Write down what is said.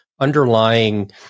underlying